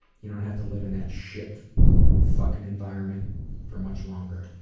you don't have to live in that shit fuckin' environment for much longer.